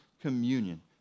communion